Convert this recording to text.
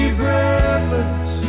breathless